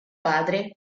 padre